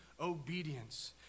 obedience